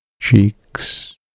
cheeks